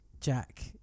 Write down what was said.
Jack